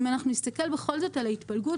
אם בכל זאת נסתכל על ההתפלגות,